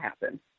happen